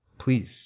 Please